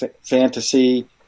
fantasy